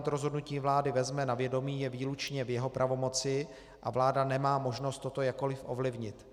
To, kdy Parlament rozhodnutí vlády vezme na vědomí, je výlučně v jeho pravomoci a vláda nemá možnost toto jakkoli ovlivnit.